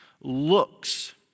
looks